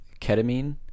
ketamine